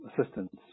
assistance